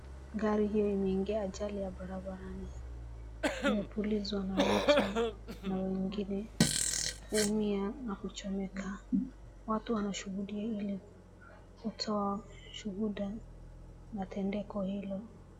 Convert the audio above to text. Gari hili limeingia ajali ya barabarani , limepulizwa na moto na wengine kuumia na kuchomeka. Watu wanashuhudia ili kutoa ushuhuda la tendeko hilo.